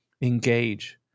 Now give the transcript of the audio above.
engage